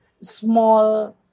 small